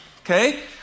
okay